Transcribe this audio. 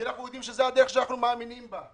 כי אנחנו יודעים שזו הדרך שאנחנו מאמינים בה.